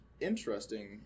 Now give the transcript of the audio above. interesting